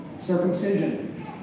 circumcision